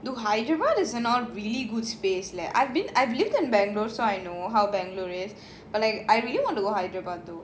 dude hyderabad is all really good space leh like I've been I've lived in bangalore so I know how bangalore is but like I really want to go hyderabad though